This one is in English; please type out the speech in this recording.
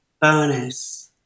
bonus